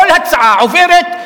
כל הצעה עוברת,